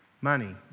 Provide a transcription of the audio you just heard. money